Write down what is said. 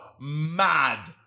mad